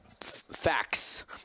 facts